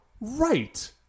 right